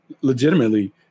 legitimately